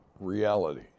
reality